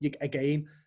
again